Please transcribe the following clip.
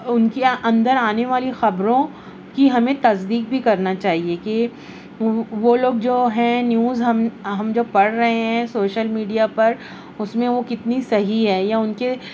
ان کے اندر آنے والی خبروں کی ہمیں تصدیق بھی کرنا چاہیے کہ وہ لوگ جو ہیں نیوز ہم ہم جو پڑھ رہے ہیں سوشل میڈیا پر اس میں وہ کتنی صحیح ہے یا ان کے